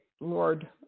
Lord